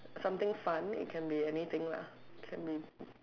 some thing fun it can be anything lah can be